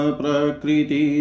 prakriti